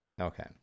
Okay